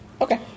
Okay